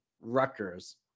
Rutgers